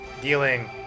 dealing